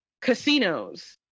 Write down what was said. casinos